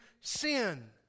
sin